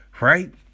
right